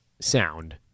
sound